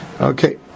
Okay